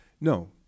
No